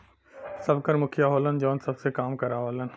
सबकर मुखिया होलन जौन सबसे काम करावलन